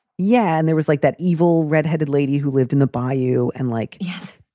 yeah. and there was like that evil red headed lady who lived in the bayou and like, yes.